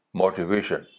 motivation